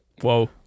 Whoa